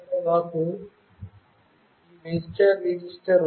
అక్కడ మాకు ఈ విజిటర్ రిజిస్టర్ ఉంది